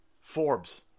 Forbes